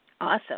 Awesome